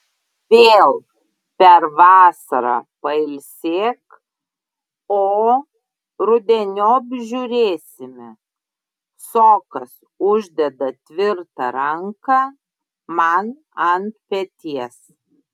vėl per vasarą pailsėk o rudeniop žiūrėsime sokas uždeda tvirtą ranką man ant peties